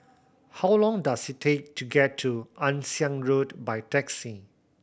how long does it take to get to Ann Siang Road by taxi